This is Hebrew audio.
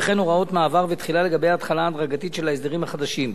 וכן הוראות מעבר ותחילה לגבי החלה הדרגתית של ההסדרים החדשים.